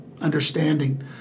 understanding